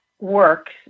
works